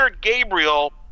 Gabriel